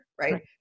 Right